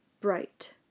Bright